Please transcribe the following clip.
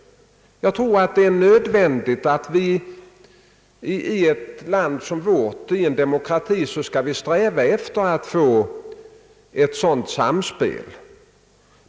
Jag tror det är nödvändigt att vi i ett land som vårt i en demokrati — strävar efter ett sådant samspel.